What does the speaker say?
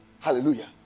Hallelujah